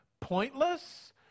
pointless